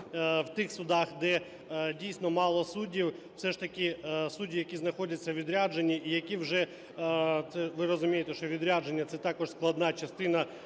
в тих судах, де дійсно мало суддів, все ж таки судді, які знаходяться у відрядженні, які вже, ви розумієте, що відрядження – це також складна частина